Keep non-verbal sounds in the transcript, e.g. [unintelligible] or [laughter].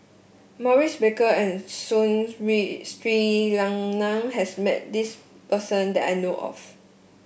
Maurice Baker and Soon [unintelligible] Sri Lanang has met this person that I know of